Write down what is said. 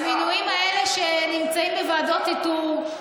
המינויים האלה שנמצאים בוועדות איתור,